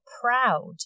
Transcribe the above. proud